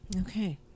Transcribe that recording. Okay